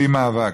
ובלי מאבק,